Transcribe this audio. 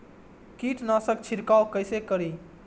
कीट नाशक छीरकाउ केसे करी?